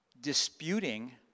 disputing